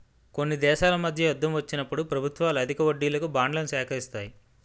కొన్ని దేశాల మధ్య యుద్ధం వచ్చినప్పుడు ప్రభుత్వాలు అధిక వడ్డీలకు బాండ్లను సేకరిస్తాయి